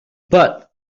but